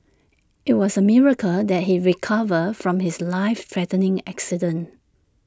IT was A miracle that he recovered from his life threatening accident